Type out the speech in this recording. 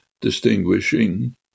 distinguishing